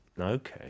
Okay